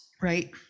Right